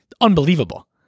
unbelievable